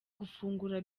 gufungura